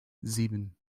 sieben